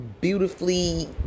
Beautifully